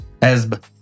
ESB